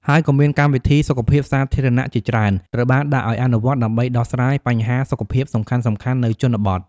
ហើយក៏មានកម្មវិធីសុខភាពសាធារណៈជាច្រើន ត្រូវបានដាក់ឱ្យអនុវត្ត ដើម្បីដោះស្រាយបញ្ហាសុខភាពសំខាន់ៗនៅជនបទ។